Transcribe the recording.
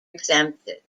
exempted